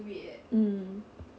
mm